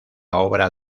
obra